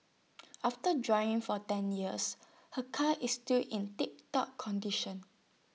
after driving for ten years her car is still in tiptop condition